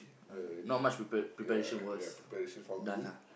uh not much prepa~ preparation was done ah